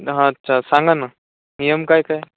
हा अच्छा सांगा ना नियम काय काय